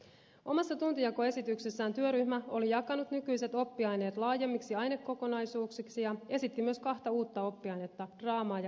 omassa tuntijakoesityksessään työryhmä oli jakanut nykyiset oppiaineet laajemmiksi ainekokonaisuuksiksi ja esitti myös kahta uutta oppiainetta draamaa ja etiikkaa